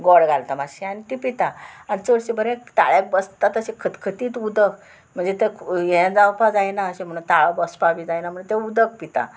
गोड घालता मातशें आनी ती पिता आनी चडशे बरें ताळ्याक बसतात अशें खतखतीत उदक म्हणजे ते हें जावपा जायना अशें म्हणून ताळो बसपा बी जायना म्हण तें उदक पिता